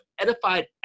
Edified